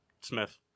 Smith